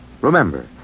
Remember